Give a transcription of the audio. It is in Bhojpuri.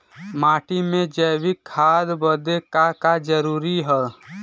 माटी में जैविक खाद बदे का का जरूरी ह?